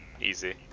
Easy